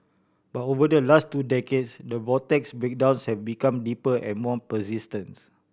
but over the last two decades the vortex's breakdowns have become deeper and more persistents